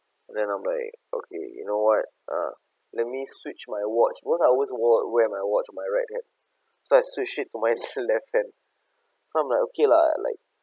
then I'm like okay you know what uh let me switch my watch because I always wea~ wear my watch on my right hand so I switched it to my left hand I'm like okay lah like